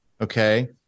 Okay